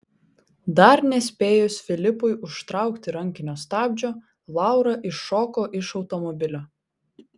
dar nespėjus filipui užtraukti rankinio stabdžio laura iššoko iš automobilio